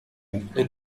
êtes